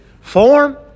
form